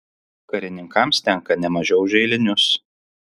karininkams tenka ne mažiau už eilinius